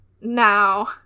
Now